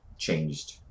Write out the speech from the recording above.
changed